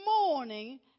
morning